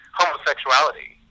homosexuality